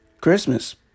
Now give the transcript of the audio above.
Christmas